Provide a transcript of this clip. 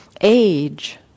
age